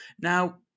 Now